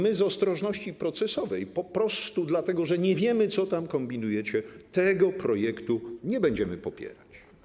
My z ostrożności procesowej, po prostu dlatego, że nie wiemy, co tam kombinujecie, tego projektu nie będziemy popierać.